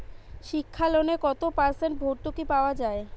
শিক্ষা লোনে কত পার্সেন্ট ভূর্তুকি পাওয়া য়ায়?